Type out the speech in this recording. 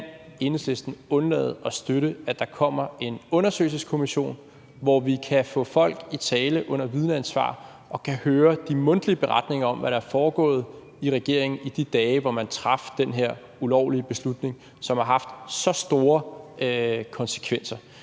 kan Enhedslisten undlade at støtte, at der kommer en undersøgelseskommission, hvor vi kan få folk i tale under vidneansvar og kan høre de mundtlige beretninger om, hvad der er foregået i regeringen i de dage, hvor man traf den her ulovlige beslutning, som har haft så store konsekvenser?